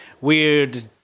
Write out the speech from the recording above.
weird